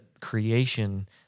creation